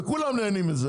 וכולם נהנים מזה.